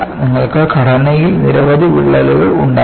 നിങ്ങൾക്ക് ഘടനയിൽ നിരവധി വിള്ളലുകൾ ഉണ്ടാകും